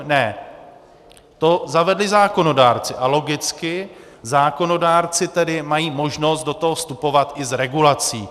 Ne, to zavedli zákonodárci a logicky zákonodárci tedy mají možnost do toho vstupovat i s regulací.